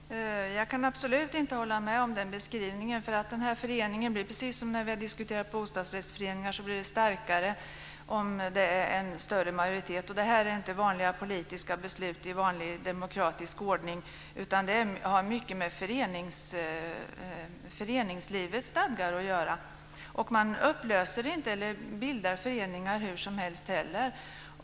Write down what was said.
Fru talman! Jag kan absolut inte hålla med om den beskrivningen. Precis som bostadsrättsföreningar, som vi har diskuterat, blir sådana här föreningar starkare om det är en större majoritet. Det är inte fråga om vanliga politiska beslut i vanlig demokratisk ordning utan har mycket med föreningslivets stadgar att göra. Man upplöser och bildar inte föreningar hursomhelst.